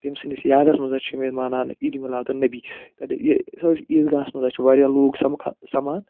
تٔمۍ سٕنٛدِس یادَس منٛز حظ چھِ یِم مِناونہٕ عیٖدِ میلادُالنبی تَتہِ یہِ سُہ حظ چھِ عیٖدگاہَس منٛز حظ چھِ واریاہ لوٗکھ سَمکھا سَمان